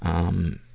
um,